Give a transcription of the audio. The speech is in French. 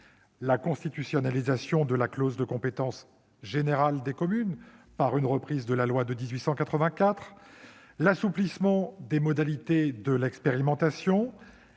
la constitutionnalisation de la clause de compétence générale des communes par une reprise de la loi de 1884, l'assouplissement des modalités de l'expérimentation,